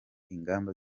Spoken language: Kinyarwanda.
ingamba